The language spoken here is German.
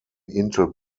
intel